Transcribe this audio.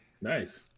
nice